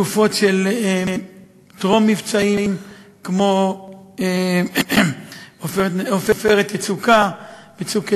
בתקופות של טרום-מבצעים כמו "עופרת יצוקה" ו"צוק איתן",